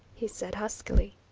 he said huskily.